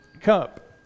cup